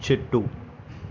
చెట్టు